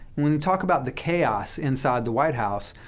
when you talk about the chaos inside the white house,